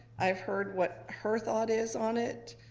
i heard what her thought is on it.